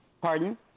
Pardon